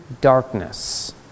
darkness